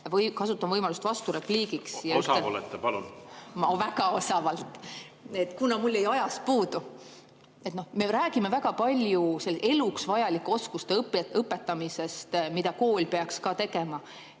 Kasutan võimalust vasturepliigiks. Osav olete. Palun! (Naerab.) Ma väga osavalt ... Kuna mul jäi ajast puudu. Me räägime ju väga palju eluks vajalike oskuste õpetamisest, mida kool peaks ka tegema.